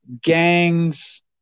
gangs